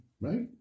right